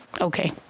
Okay